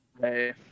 Hey